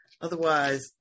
Otherwise